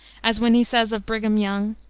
as when he says of brigham young,